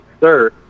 sir